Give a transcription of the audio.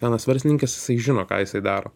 vienas verslininkas jisai žino ką jisai daro